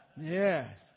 Yes